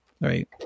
Right